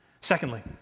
Secondly